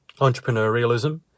entrepreneurialism